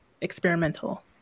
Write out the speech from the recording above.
experimental